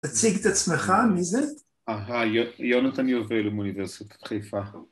תציג את עצמך, מי זה? ‫- אהה, יונ, יונתן יובל, מאוניברסיטת חיפה.